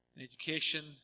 education